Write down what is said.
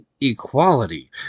equality